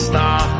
Star